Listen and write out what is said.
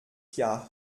jahr